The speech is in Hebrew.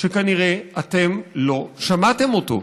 שכנראה אתם לא שמעתם אותו,